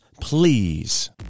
please